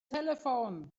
telephone